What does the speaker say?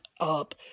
up